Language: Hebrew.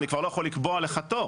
אני כבר לא יכול לקבוע לך תור